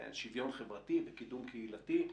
כן: שוויון חברתי וקידום קהילתי,